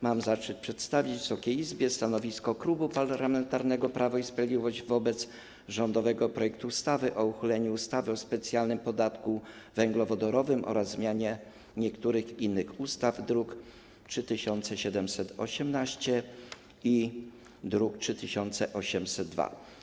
Mam zaszczyt przedstawić Wysokiej Izbie stanowisko Klubu Parlamentarnego Prawo i Sprawiedliwość wobec rządowego projektu ustawy o uchyleniu ustawy o specjalnym podatku węglowodorowym oraz o zmianie niektórych innych ustaw, druk nr 3718 i druk nr 3802.